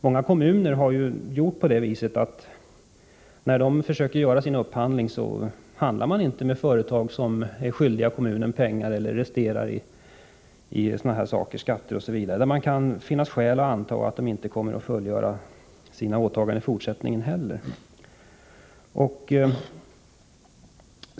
Många kommuner handlar inte med företag som är skyldiga kommunen pengar eller som resterar med skatter etc., och där det kan finnas skäl att anta att de inte kommer att fullgöra sina åtaganden i fortsättningen heller.